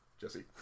Jesse